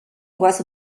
was